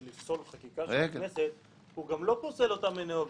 לפסול חקיקה של הכנסת הוא גם לא פוסל אותה מיניה וביה.